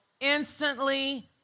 instantly